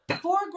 Four